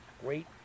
great